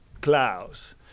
clouds